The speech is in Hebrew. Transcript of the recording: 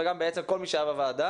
וגם בעצם כל מי שהיה בוועדה,